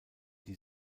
die